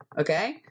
Okay